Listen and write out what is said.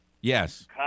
yes